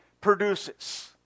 produces